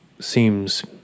seems